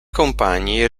compagni